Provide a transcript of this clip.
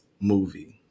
movie